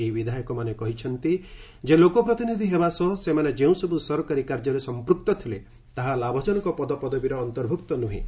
ଏହି ବିଧାୟକମାନେ କହିଛନ୍ତି ଯେ ଲୋକ ପ୍ରତିନିଧି ହେବା ସହ ସେମାନେ ଯେଉଁସବୁ ସରକାରୀ କାର୍ଯ୍ୟରେ ସମ୍ପ୍ରକ୍ତ ଥିଲେ ତାହା ଲାଭଜନକ ପଦପବୀର ଅନ୍ତର୍ଭ୍ରକ୍ତ ନୁହେଁ